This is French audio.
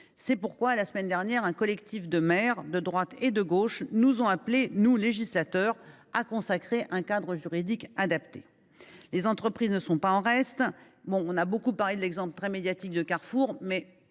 C’est pourquoi, la semaine dernière, un collectif de maires, rassemblant des élus de droite comme de gauche, a appelé le législateur à adopter un cadre juridique adapté. Les entreprises ne sont pas en reste. On a beaucoup parlé de l’exemple très médiatique de Carrefour, mais